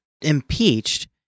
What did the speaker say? impeached